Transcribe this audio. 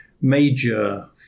major